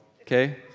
okay